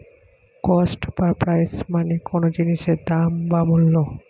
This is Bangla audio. কস্ট বা প্রাইস মানে কোনো জিনিসের দাম বা মূল্য